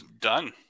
Done